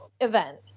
event